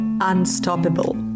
Unstoppable